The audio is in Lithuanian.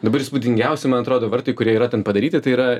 dabar įspūdingiausi man atrodo vartai kurie yra ten padaryti tai yra